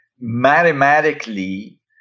mathematically